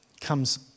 comes